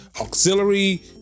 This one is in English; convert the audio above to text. auxiliary